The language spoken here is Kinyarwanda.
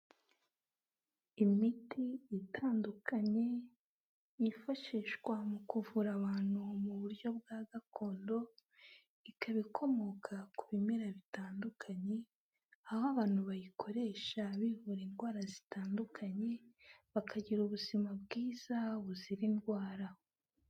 Imiti itandukanye yifashishwa mu kuvura abantu mu buryo bwa gakondo, ikaba ikomoka ku bimera bitandukanye aho abantu bayikoresha bivura indwara zitandukanye bakagira ubuzima bwiza buzira indwara.